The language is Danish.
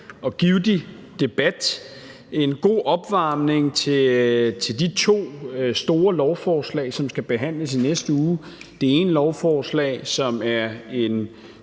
og givtig debat. Det er en god opvarmning til de to store lovforslag, som skal behandles i næste uge – det ene lovforslag, som er en